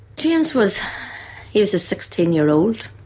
james was he was a sixteen year old.